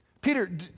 Peter